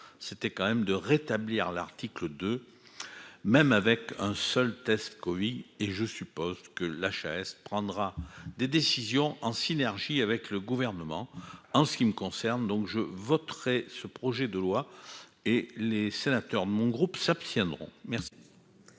c'était quand même de rétablir l'article de même avec un seul test Covid et je suppose que l'HAS prendra des décisions en synergie avec le gouvernement en ce qui me concerne, donc je voterai ce projet de loi et les sénateurs mon groupe s'abstiendront merci.